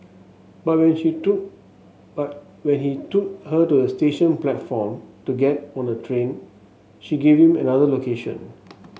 but when she took but when he took her to the station platform to get on a train she gave him another location